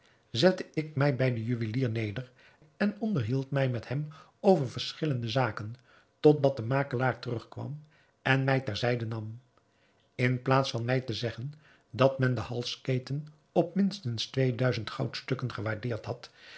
zette ik mij bij den juwelier neder en onderhield mij met hem over verschillende zaken tot dat de makelaar terugkwam en mij ter zijde nam in plaats van mij te zeggen dat men de halsketen op minstens twee duizend goudstukken gewaardeerd had